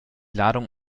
ladung